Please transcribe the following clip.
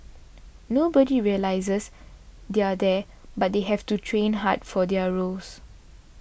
nobody realises they're there but they have to train hard for their roles